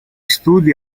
studi